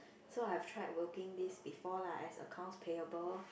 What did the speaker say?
so I've tried working this before lah as accounts payable